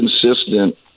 consistent